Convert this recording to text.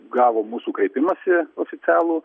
gavo mūsų kreipimąsi oficialų